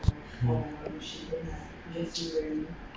mm